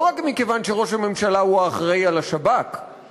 לא רק מכיוון שראש הממשלה הוא האחראי לשב"כ,